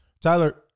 Tyler